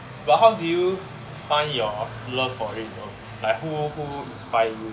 but how did you find your love for him though like who who inspire you